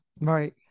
Right